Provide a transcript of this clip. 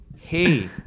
Hey